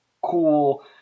cool